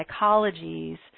psychologies